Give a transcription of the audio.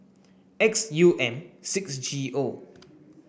X U M six G O